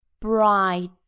bright